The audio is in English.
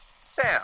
Sam